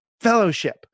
fellowship